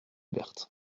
berthe